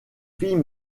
filles